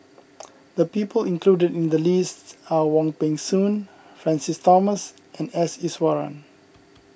the people included in the list are Wong Peng Soon Francis Thomas and S Iswaran